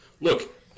Look